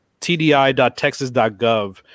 TDI.texas.gov